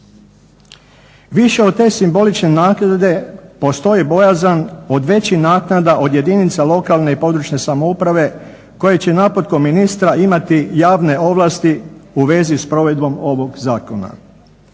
Više od te simbolične naknade postoji bojazan od većih naknada od jedinica lokalne i područne samouprave koje će naputkom ministra imati javne ovlasti u vezi s provedbom ovog zakona.